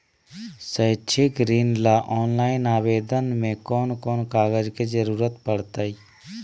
शैक्षिक ऋण ला ऑनलाइन आवेदन में कौन कौन कागज के ज़रूरत पड़तई?